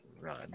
run